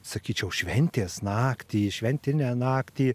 sakyčiau šventės naktį šventinę naktį